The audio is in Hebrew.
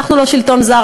אנחנו לא שלטון זר.